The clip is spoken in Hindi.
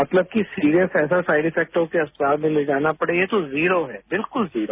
मतलब कि सीरियस ऐसा साइड इफेक्ट हो कि अस्पताल में ले जाना पड़े तो जीरो है बिल्कुल जीरो